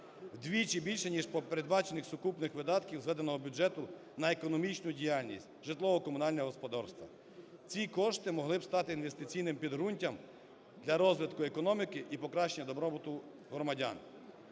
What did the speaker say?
вдвічі більше, ніж по передбачених сукупних видатках зведеного бюджету на економічну діяльність, житлово-комунальне господарство. Ці кошти могли б стати інвестиційним підґрунтям для розвитку економіки і покращення добробуту громадян.